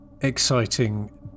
exciting